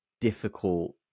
difficult